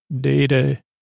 data